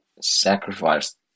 sacrificed